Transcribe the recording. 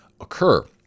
occur